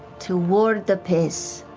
toward the piss.